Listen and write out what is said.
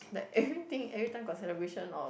like everything everytime got celebration or what